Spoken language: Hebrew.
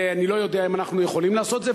ואני לא יודע אם אנחנו יכולים לעשות את זה,